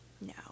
no